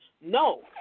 No